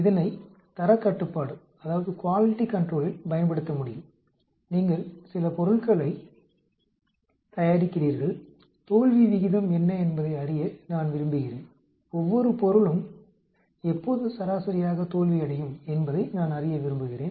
இதனைத் தரக் கட்டுப்பாட்டில் பயன்படுத்த முடியும் நீங்கள் சில பொருள்களை தயாரிக்கிறீர்கள் தோல்வி விகிதம் என்ன என்பதை அறிய நான் விரும்புகிறேன் ஒவ்வொரு பொருளும் எப்போது சராசரியாக தோல்வியடையும் என்பதை நான் அறிய விரும்புகிறேன்